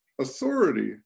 Authority